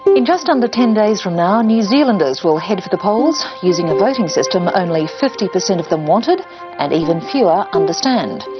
in just under ten days from now new zealanders will head for the polls using a voting system only fifty percent of them wanted and even fewer understand.